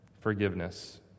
forgiveness